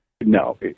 No